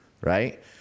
right